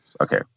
Okay